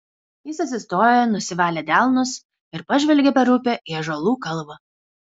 jis atsistojo nusivalė delnus ir pažvelgė per upę į ąžuolų kalvą